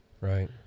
right